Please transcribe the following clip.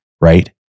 right